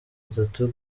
atatu